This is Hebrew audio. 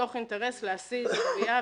מתוך אינטרס להשיא את הגבייה,